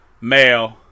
Male